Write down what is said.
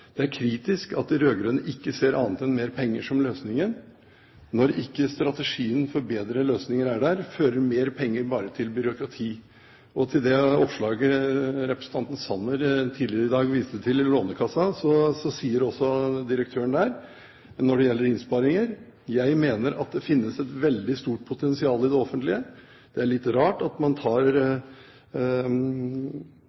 Det er kritisk at de rød-grønne ikke ser annet enn mer penger som løsningen. Når ikke strategien for bedre løsninger er der, fører mer penger bare til byråkrati. I det oppslaget representanten Sanner tidligere i dag viste til, sier sjefen i Lånekassen at når det gjelder innsparinger, finnes det et veldig stort potensial i det offentlige. Det er litt rart at man tar